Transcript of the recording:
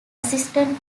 assistant